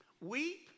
Weep